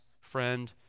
friend